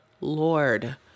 Lord